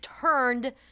turned